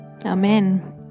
amen